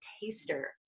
taster